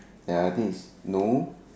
ya I think is no